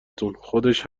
تون، خودش